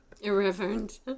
irreverent